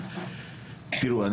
תראו,